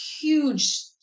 huge